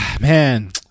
man